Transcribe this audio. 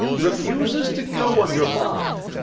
refuses to go on your bond.